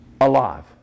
alive